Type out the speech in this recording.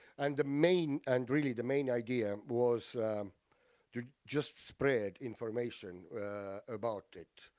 and the main, and really the main idea was to just spread information about it.